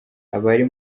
abari